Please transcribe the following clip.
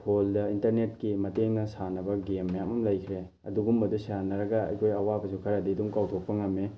ꯐꯣꯟꯗ ꯏꯟꯇꯔꯅꯦꯠꯀꯤ ꯃꯇꯦꯡꯅ ꯁꯥꯟꯅꯕ ꯒꯦꯝ ꯃꯌꯥꯝ ꯑꯃ ꯂꯩꯈ꯭ꯔꯦ ꯑꯗꯨꯒꯨꯝꯕꯗꯣ ꯁꯥꯟꯅꯔꯒ ꯑꯩꯈꯣꯏ ꯑꯋꯥꯕꯁꯨ ꯈꯔꯗꯤ ꯑꯗꯨꯝ ꯀꯥꯎꯇꯣꯛꯄ ꯉꯝꯃꯤ